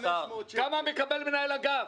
כמה מקבל מנהל אגף?